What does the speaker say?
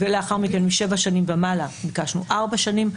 לאחר מכן, משבע שנים ומעלה ביקשנו ארבע שנים.